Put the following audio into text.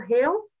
health